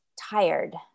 tired